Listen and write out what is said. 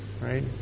right